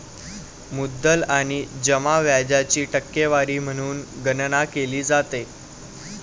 मुद्दल आणि जमा व्याजाची टक्केवारी म्हणून गणना केली जाते